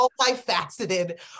multifaceted